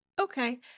Okay